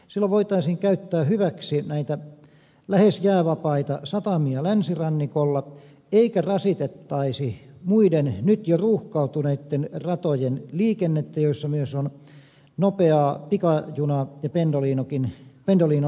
silloin voitaisiin käyttää hyväksi näitä lähes jäävapaita satamia länsirannikolla eikä rasitettaisi muiden nyt jo ruuhkautuneitten ratojen liikennettä joilla myös on nopeaa pikajuna ja pendolinoliikennettä